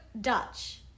Dutch